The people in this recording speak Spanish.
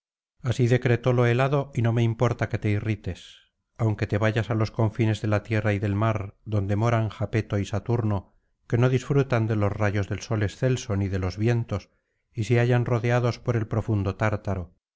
así decretólo el hado y no me importa que te irrites aunque te vayas á los confines de la tierra y del mar donde moran japeto y saturno que no disfrutan de los rayos del sol excelso ni de los vientos y se hallan rodeados por el profundo tártaro